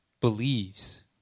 believes